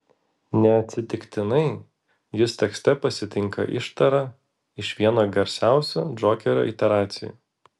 neatsitiktinai jus tekste pasitinka ištara iš vieno garsiausių džokerio iteracijų